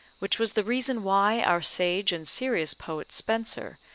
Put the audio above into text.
which was the reason why our sage and serious poet spenser,